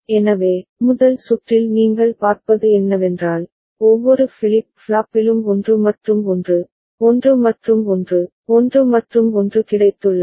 எனவே முதல் சுற்றில் நீங்கள் பார்ப்பது என்னவென்றால் ஒவ்வொரு ஃபிளிப் ஃப்ளாப்பிலும் 1 மற்றும் 1 1 மற்றும் 1 1 மற்றும் 1 கிடைத்துள்ளன